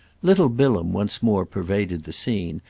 little bilham once more pervaded the scene,